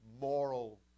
moral